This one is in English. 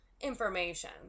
information